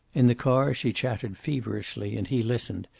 in the car she chattered feverishly and he listened,